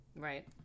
Right